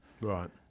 Right